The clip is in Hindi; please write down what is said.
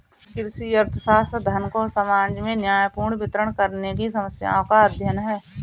कृषि अर्थशास्त्र, धन को समाज में न्यायपूर्ण वितरण करने की समस्याओं का अध्ययन है